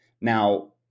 Now